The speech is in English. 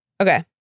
Okay